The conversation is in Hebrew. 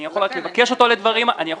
אז אני יכול רק לבקש אותו לדברים אחרים,